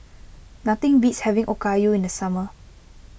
nothing beats having Okayu in the summer